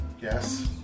Yes